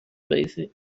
based